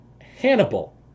Hannibal